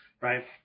right